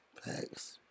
Thanks